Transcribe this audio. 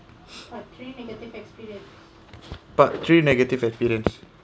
but three negative experience